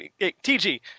TG